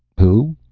who?